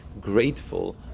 grateful